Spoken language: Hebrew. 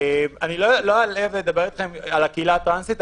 אני לא אלאה ואדבר אתכם על הקהילה הטרנסית,